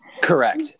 correct